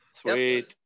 Sweet